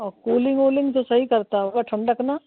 और कूलिंग वूलिंग तो सही करता होगा ठंडक ना